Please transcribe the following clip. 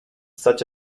such